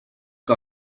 que